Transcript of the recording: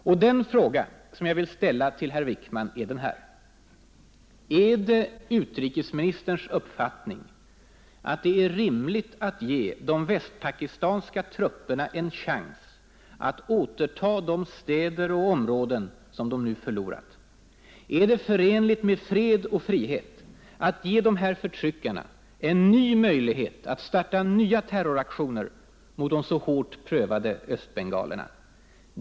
Och den fråga som jag vill ställa till herr Wickman är därför: Är det utrikesministerns uppfattning att det är rimligt att ge de västpakistanska trupperna en chans att återta de städer och områden som de nu förlorat? Är det förenligt med fred och frihet att ge dessa förtryckare en ny möjlighet att starta nya terroraktioner mot de så hårt prövade östbengalerna?